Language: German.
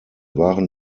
waren